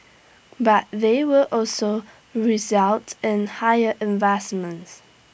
but they will also result in higher investments